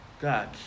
God